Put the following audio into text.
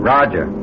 Roger